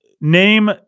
name